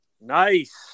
Nice